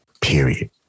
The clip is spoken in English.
Period